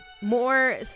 more